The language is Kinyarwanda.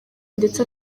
ndetse